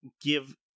give